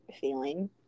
feeling